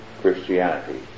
Christianity